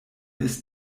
ist